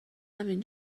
همین